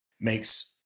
makes